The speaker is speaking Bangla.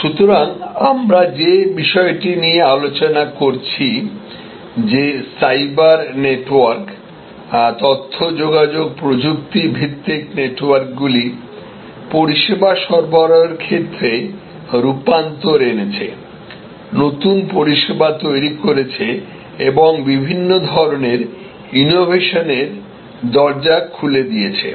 সুতরাং আমরা যে বিষয়টি নিয়ে আলোচনা করছি যে সাইবার নেটওয়ার্ক তথ্য যোগাযোগ প্রযুক্তি ভিত্তিক নেটওয়ার্কগুলি পরিষেবা সরবরাহের ক্ষেত্রে রূপান্তর এনেছে নতুন পরিষেবা তৈরি করছে এবং বিভিন্ন ধরণের ইনোভেশনের দরজা খুলে দিচ্ছে